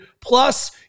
plus